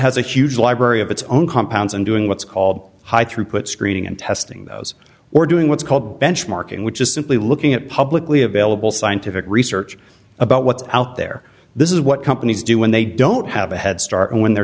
has a huge library of its own compounds and doing what's called high throughput screening and testing those we're doing what's called benchmarking which is simply looking at publicly available scientific research about what's out there this is what companies do when they don't have a head start when they're